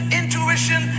intuition